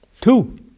Two